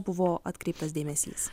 buvo atkreiptas dėmesys